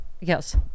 Yes